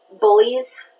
bullies